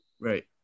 Right